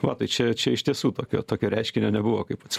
va tai čia čia iš tiesų tokio tokio reiškinio nebuvo kaip pats